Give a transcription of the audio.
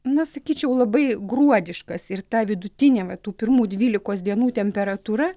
na sakyčiau labai gruodiškas ir ta vidutinė va tų pirmų dvylikos dienų temperatūra